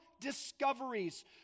discoveries